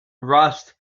rust